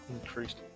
increased